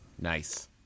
Nice